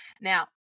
now